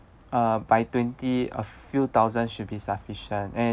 uh by twenty a few thousand should be sufficient and